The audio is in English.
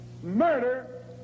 murder